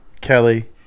Kelly